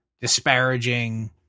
disparaging